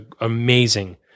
Amazing